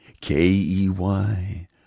K-E-Y